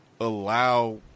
allow